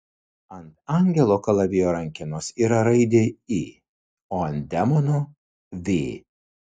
ant angelo kalavijo rankenos yra raidė i o ant demono v